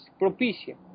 propicia